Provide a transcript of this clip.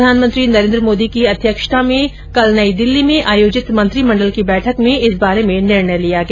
प्रधानमंत्री नरेन्द्र मोदी की अध्यक्षता में नई दिल्ली में आयोजित मंत्रिमंडल की बैठक में इस बारे में निर्णय लिया गया